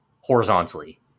horizontally